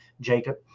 Jacob